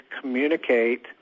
communicate